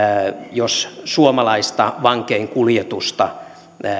jos suomalaista vankeinkuljetusta